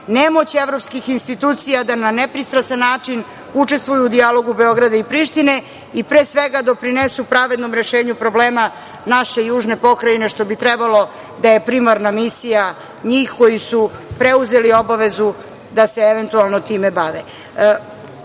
nemoć evropskih institucija da na nepristrasan način učestvuju u dijalogu Beograd i Prištine i doprinesu pravednom rešenju problema naše južne pokrajine, što bi trebalo da je primarna misija njih koji su preuzeli obavezu da se eventualno time bave?